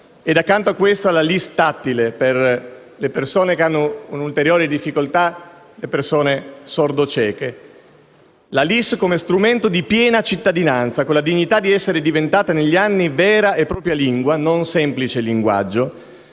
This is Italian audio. ed accanto a questa della LIS tattile, per le persone che hanno un'ulteriore difficoltà, le persone sordocieche. La LIS come strumento di piena cittadinanza, con la dignità di essere diventata negli anni vera e propria lingua, non semplice linguaggio,